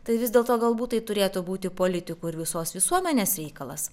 tai vis dėlto galbūt tai turėtų būti politikų ir visos visuomenės reikalas